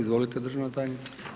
Izvolite državna tajnice.